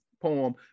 poem